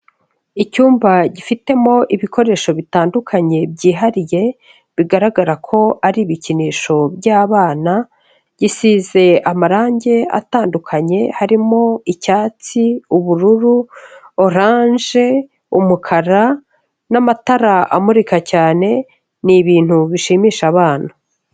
Icyumba gifitemo ibikoresho bitandukanye byihariye, bigaragara ko ari ibikinisho by'abana, gisize amarangi atandukanye harimo: icyatsi, ubururu, oranje, umukara n'amatara amurika cyane, ni ibintu bishimisha abana.